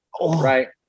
right